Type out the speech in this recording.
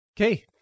Okay